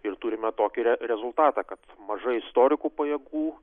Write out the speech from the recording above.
ir turime tokį re rezultatą kad mažai istorikų pajėgų